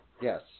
yes